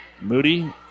Moody